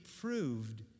proved